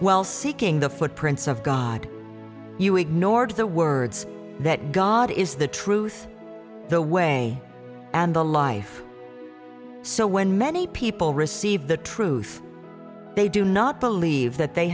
well seeking the footprints of god you ignored the words that god is the truth the way and the life so when many people receive the truth they do not believe that they